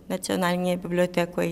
nacionalinėje bibliotekoj